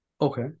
Okay